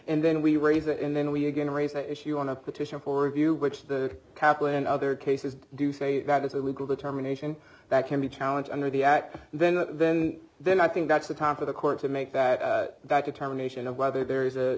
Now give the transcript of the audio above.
and then we raise it and then we again raise the issue on a petition for review which the kaplan in other cases do say that it's a legal determination that can be challenged under the act then then then i think that's the time for the court to make that that determination of whether there is a